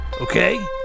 okay